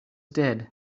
dead